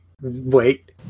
wait